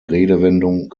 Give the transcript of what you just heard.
redewendung